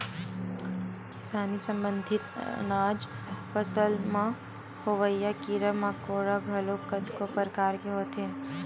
किसानी संबंधित अनाज फसल म होवइया कीरा मकोरा घलोक कतको परकार के होथे